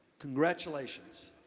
congratulations.